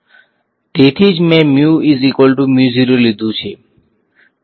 તેથી જ મેં લીધું છે